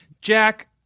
Jack